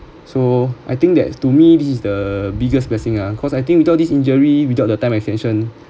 so I think that's to me is the biggest blessing lah because I think without this injury without the time extension